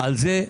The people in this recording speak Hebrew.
על זה.